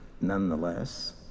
nonetheless